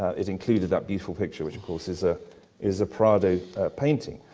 it included that beautiful picture, which, of course, is ah is a prado painting.